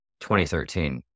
2013